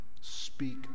speak